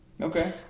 Okay